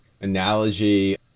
analogy